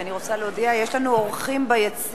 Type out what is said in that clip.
אני רוצה להודיע, יש לנו אורחים ביציע: